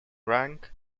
rank